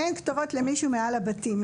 אין כתובות למישהו מעל הבתים.